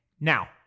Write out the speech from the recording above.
Now